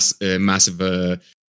massive